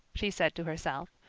she said to herself,